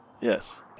Yes